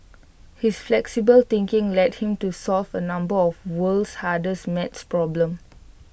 his flexible thinking led him to solve A number of world's hardest math problems